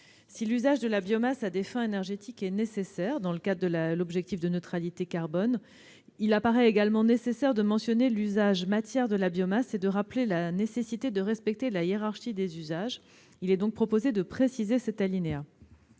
Si l'usage de la biomasse à des fins énergétiques est nécessaire au regard de l'objectif de neutralité carbone, il apparaît également nécessaire de mentionner l'usage « matière » de la biomasse et de rappeler la nécessité de respecter la hiérarchie des usages. Il est donc proposé de préciser cet alinéa.